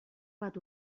bat